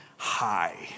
High